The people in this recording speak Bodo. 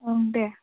ओं दे